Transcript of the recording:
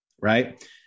Right